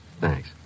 Thanks